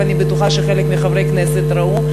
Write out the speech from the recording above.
ואני בטוחה שחלק מחברי הכנסת ראו,